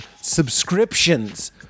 subscriptions